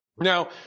now